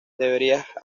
deberías